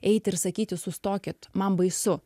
eit ir sakyti sustokit man baisu